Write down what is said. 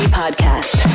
podcast